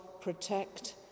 protect